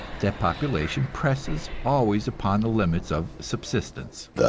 that population presses always upon the limits of subsistence.